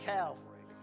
Calvary